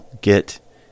get